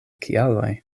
kialoj